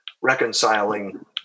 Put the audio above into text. reconciling